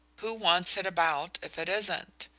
who wants it about if it isn't?